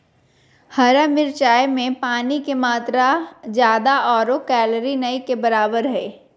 हरा मिरचाय में पानी के मात्रा ज्यादा आरो कैलोरी नय के बराबर हइ